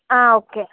ఒకే